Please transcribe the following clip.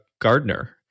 Gardner